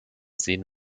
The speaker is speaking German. sehen